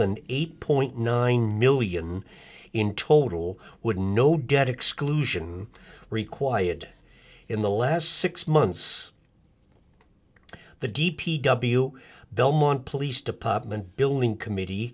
than eight point nine million in total would no debt exclusion required in the last six months the d p w belmont police department building committee